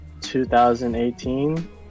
2018